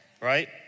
right